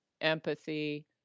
empathy